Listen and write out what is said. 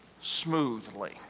smoothly